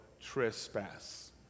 trespass